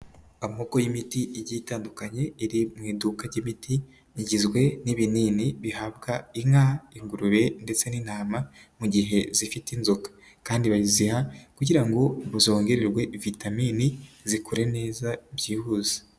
Amoko y'imiti igye itandukanye, iri mu iduka ry'imiti rigizwe n'ibinini bihabwa inka, ingurube ndetse n'intama, mu gihe zifite inzoka. Kandi baziha kugira ngo ngo zongerwe vitamini zikure neza byihuse.